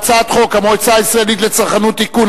חוק המועצה הישראלית לצרכנות (תיקון),